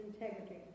integrity